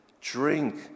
drink